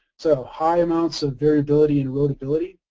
so high amounts of variability and erodibility,